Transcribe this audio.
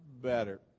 better